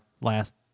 last